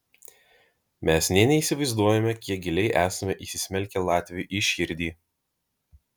mes nė neįsivaizduojame kiek giliai esame įsismelkę latviui į širdį